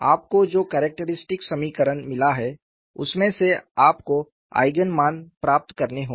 आपको जो कैरेक्टरिस्टिक समीकरण मिला है उसमें से आपको आईगेन मान प्राप्त करने होंगे